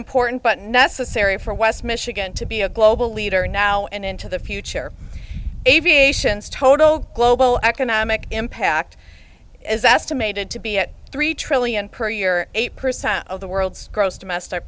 important but necessary for west michigan to be a global leader now and into the future aviation's total global economic impact is estimated to be at three trillion per year eight percent of the world's gross domestic